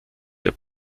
der